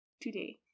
today